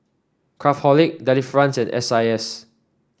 Craftholic Delifrance and S I S